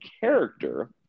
character